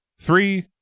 three